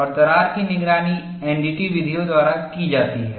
और दरार की निगरानी एनडीटी विधियों द्वारा की जाती है